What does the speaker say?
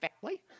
family